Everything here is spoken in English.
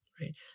Right